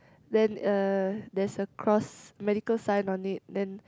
then uh there's a cross medical sign on it then